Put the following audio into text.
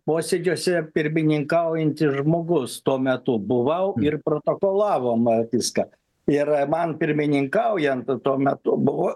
posėdžiuose pirmininkaujantis žmogus tuo metu buvau ir protokolavom vat viską ir man pirmininkaujant tuo metu buvo